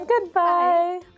Goodbye